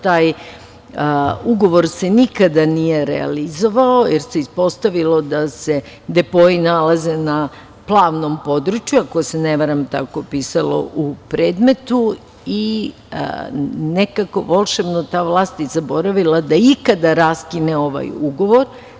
Taj ugovor se nikada nije realizovao, jer se ispostavilo da se depoi nalaze na plavnom području, ako se ne varam, tako je pisalo u predmetu i nekako volšebno ta vlast je zaboravila da ikada raskine ovaj ugovor.